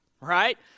right